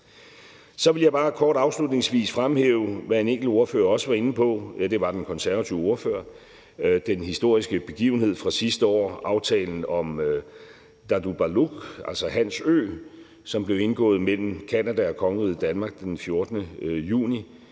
Så vil jeg bare kort afslutningsvis fremhæve, hvad en enkelt ordfører også var inde på – det var den konservative ordfører – nemlig den historiske begivenhed fra sidste år, altså aftalen om Tartupaluk, Hans Ø, som blev indgået mellem Canada og kongeriget Danmark den 14. juni.